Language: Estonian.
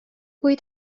kui